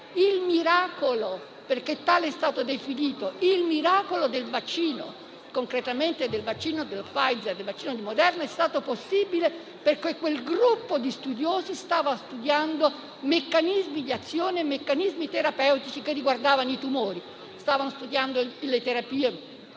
Il miracolo - perché tale è stato definito - del vaccino, concretamente di quelli di Pfizer e Moderna, è stato possibile perché quel gruppo di studiosi stava studiando meccanismi di azione e terapeutici che riguardavano i tumori; stavano studiando le terapie